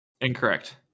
Incorrect